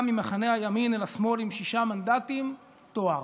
ממחנה הימין אל השמאל עם שישה מנדטים תואר,